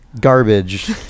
Garbage